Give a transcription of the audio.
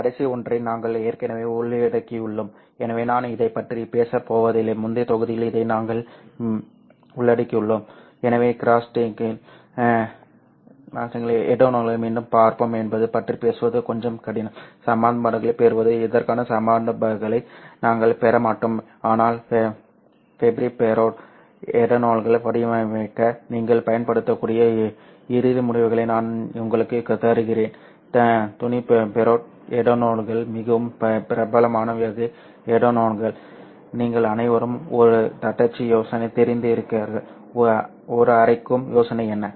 இந்த கடைசி ஒன்றை நாங்கள் ஏற்கனவே உள்ளடக்கியுள்ளோம் எனவே நான் இதைப் பற்றி பேசப் போவதில்லை முந்தைய தொகுதியில் இதை நாங்கள் உள்ளடக்கியுள்ளோம் எனவே கிராட்டிங்ஸ் எட்டாலன்களை மீண்டும் பார்ப்போம் என்பது பற்றி பேசுவது கொஞ்சம் கடினம் சமன்பாடுகளை பெறுவது இதற்கான சமன்பாடுகளை நாங்கள் பெறமாட்டோம் ஆனால் ஃபேப்ரி பெரோட் எட்டலோன்களை வடிவமைக்க நீங்கள் பயன்படுத்தக்கூடிய இறுதி முடிவுகளை நான் உங்களுக்கு தருகிறேன் துணி பெரோட் எட்டலோன்கள் மிகவும் பிரபலமான வகை எடலோன்கள் நீங்கள் அனைவரும் ஒரு தட்டச்சு யோசனை தெரிந்திருக்கிறீர்கள் ஒரு அரைக்கும் யோசனை என்ன